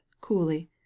coolly